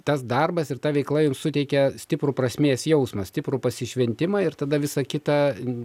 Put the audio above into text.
tas darbas ir ta veikla jum suteikia stiprų prasmės jausmą stiprų pasišventimą ir tada visa kita